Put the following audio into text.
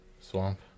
swamp